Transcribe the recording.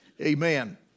Amen